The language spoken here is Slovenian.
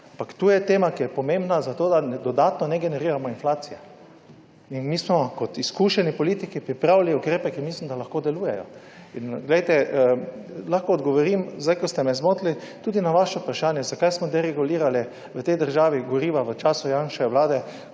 Ampak to je tema, ki je pomembna za to, da dodatno ne generiramo inflacije. Mi smo kot izkušeni politiki pripravili ukrepe, ki mislim, da lahko delujejo. Glejte, lahko odgovorim zdaj, ko ste me zmotili, tudi na vaše vprašanje, zakaj smo deregulirali v tej državi goriva v času Janševe vlade,